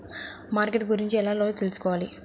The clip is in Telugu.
మార్కెట్ గురించి రోజు ఎలా తెలుసుకోవాలి?